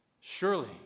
Surely